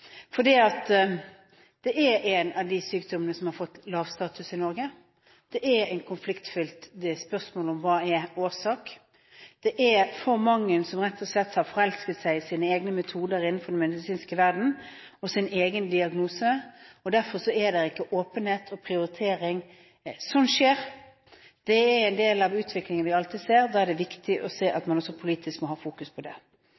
den være prioritert. Det er en av de sykdommene som har fått lav status i Norge. Spørsmålet om hva som er årsaken, er konfliktfylt, det er for mange som rett og slett har forelsket seg i sine egne metoder innenfor den medisinske verdenen og sin egen diagnose. Derfor er det ikke åpenhet og prioritering. Slikt skjer, det er en del av utviklingen vi alltid ser. Da er det viktig å se at man også politisk må ha fokus på det.